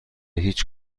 هیچ